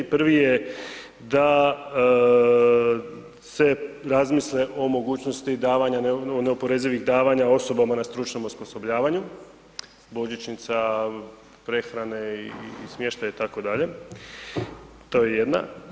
Prvi je da se razmisle o mogućnosti davanja neoporezivih davanja osoba na stručnom osposobljavanju, božićnica, prehrane i smještaje, itd., to je jedna.